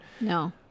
No